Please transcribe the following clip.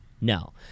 No